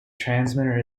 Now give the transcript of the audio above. transmitter